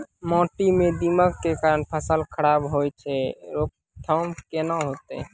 माटी म दीमक के कारण फसल खराब होय छै, रोकथाम केना होतै?